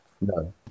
No